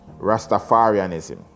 Rastafarianism